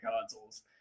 consoles